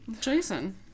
Jason